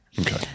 Okay